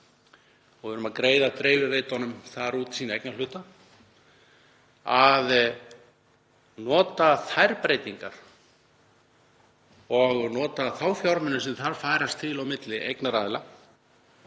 og við erum að greiða dreifiveitunum þar út sína eignarhluta — að nota þær breytingar og nota þá fjármuni sem þar færast til á milli eignaraðila